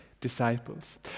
disciples